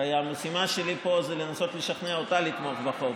הרי המשימה שלי פה זה לנסות לשכנע אותה לתמוך בחוק.